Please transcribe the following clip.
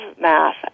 math